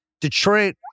Detroit